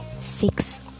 six